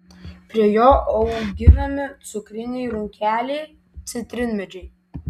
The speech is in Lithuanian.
prie jo auginami cukriniai runkeliai citrinmedžiai